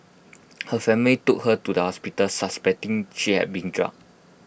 her family took her to the hospital suspecting she had been drugged